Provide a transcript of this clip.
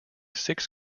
six